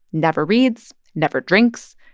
never reads, never drinks,